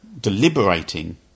deliberating